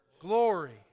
Glory